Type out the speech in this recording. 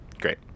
great